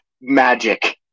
magic